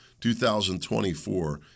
2024